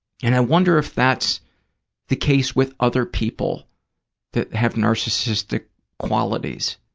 and i wonder if that's the case with other people that have narcissistic qualities,